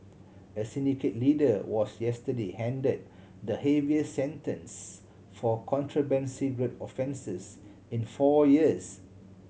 a syndicate leader was yesterday handed the heaviest sentence for contraband cigarette offences in four years